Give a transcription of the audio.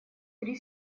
три